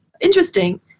interesting